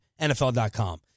NFL.com